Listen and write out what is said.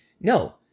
No